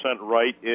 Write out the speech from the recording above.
right